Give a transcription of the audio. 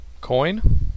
Coin